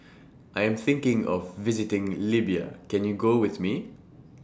I Am thinking of visiting Libya Can YOU Go with Me